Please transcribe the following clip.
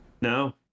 No